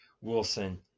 Wilson